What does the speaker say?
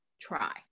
try